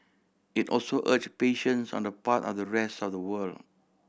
it also urge patience on the part of the rest of the world